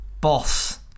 Boss